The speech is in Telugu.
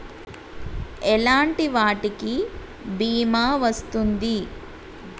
ఎలాంటి వాటికి బీమా వస్తుంది?